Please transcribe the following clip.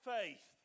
faith